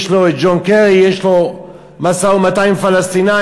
יש לו ג'ון קרי, יש לו משא-ומתן עם פלסטינים,